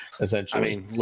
Essentially